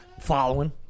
Following